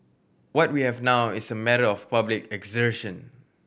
what we have now is a matter of public assertion